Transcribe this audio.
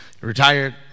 Retired